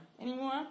anymore